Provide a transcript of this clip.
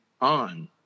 on